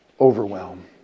overwhelm